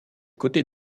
côtés